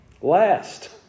Last